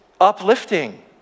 uplifting